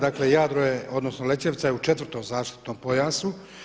Dakle Jadro je, odnosno Lećevica je u 4.-tom zaštitnom pojasu.